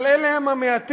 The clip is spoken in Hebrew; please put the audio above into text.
אבל הם המעטים.